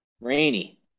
rainy